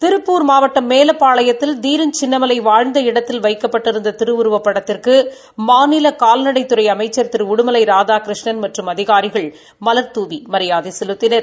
திருப்பூர் மாவட்டம் மேலப்பாளையத்தில் தீரன் சின்னமலை வாழ்ந்த இடத்தில் வைக்கப்பட்டிருந்த திருவுருவப்படத்திற்கு மாநில கால்நடைத்துறை அமைச்சர் திரு உடுமலை ராதாகிருஷ்ணன் மற்றும் அதிகாரிகள் மலர்தூவி மரியாதை செலுத்தினார்